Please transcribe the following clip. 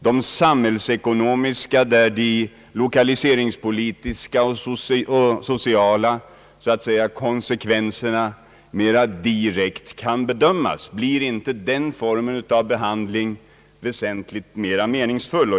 De samhällsekonomiska, de lokaliseringspolitiska och de sociala konsekvenserna kan också på det sättet mera direkt bedömas. Blir inte den formen av behandling väsentligt mera meningsfull?